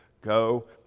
go